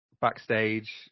backstage